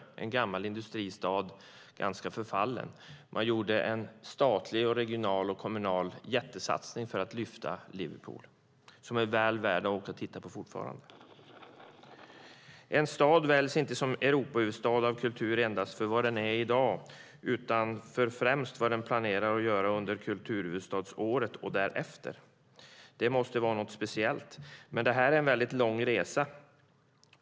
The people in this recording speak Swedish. Det var en gammal industristad som var ganska förfallen. Man gjorde en statlig, regional och kommunal jättesatsning för att lyfta Liverpool, som är väl värt att åka och titta på fortfarande. En stad väljs inte som en Europahuvudstad för kultur endast för vad den är i dag utan främst för vad den planerar att göra under kulturhuvudstadsåret och därefter. Det måste vara något speciellt. Det är dock en väldigt lång resa.